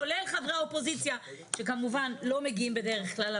כולל חברי האופוזיציה שכמובן לא מגיעים בדרך כלל,